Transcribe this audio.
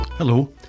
Hello